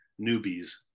newbies